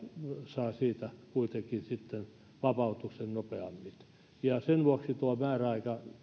saa siitä kuitenkin sitten vapautuksen nopeammin sen vuoksi tuo määräaika